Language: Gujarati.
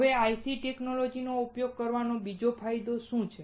હવે IC ટેકનોલોજીનો ઉપયોગ કરવાનો બીજો ફાયદો શું છે